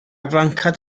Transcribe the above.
flanced